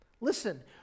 Listen